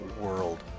world